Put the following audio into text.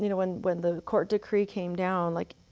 you know, when when the court decree came down, like,